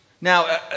Now